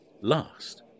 last